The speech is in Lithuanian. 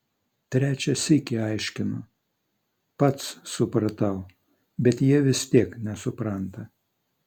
trečią sykį aiškinu pats supratau bet jie vis tiek nesupranta